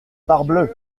parbleu